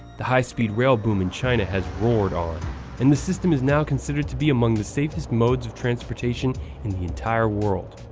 the high speed rail boom in china has roared on and the system is now considered to be among the safest modes of transportation in the entire world.